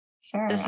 Sure